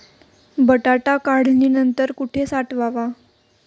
बटाटा काढणी नंतर कुठे साठवावा?